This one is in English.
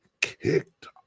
kicked